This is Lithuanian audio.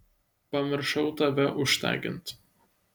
pamiršau tave užtagint